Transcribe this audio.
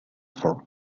for